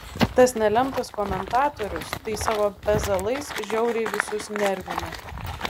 tas nelemtas komentatorius tai savo pezalais žiauriai visus nervino